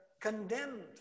condemned